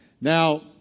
Now